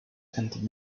and